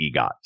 egot